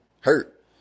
hurt